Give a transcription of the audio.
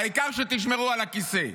העיקר שתשמרו על הכיסא.